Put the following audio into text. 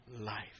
life